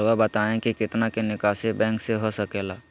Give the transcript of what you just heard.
रहुआ बताइं कि कितना के निकासी बैंक से हो सके ला?